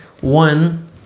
One